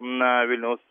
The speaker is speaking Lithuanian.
na vilniaus